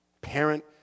parent